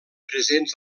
presents